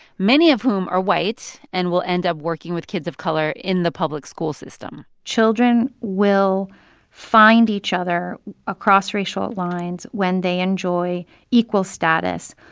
many of whom are white and will end up working with kids of color in the public school system children will find each other across racial lines when they enjoy equal status,